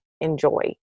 enjoy